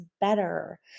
better